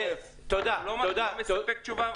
הוא לא מספק תשובה.